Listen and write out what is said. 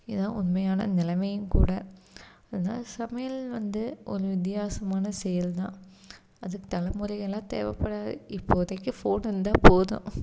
இதான் உண்மையான நிலைமையும் கூட அதான் சமையல் வந்து ஒரு வித்தியாசமான செய்கிறது தான் அதுக்கு தலைமுறைகள்லாம் தேவைப்படாது இப்போதைக்கு ஃபோன் இருந்தால் போதும்